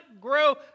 grow